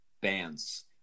bands